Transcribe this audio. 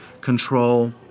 control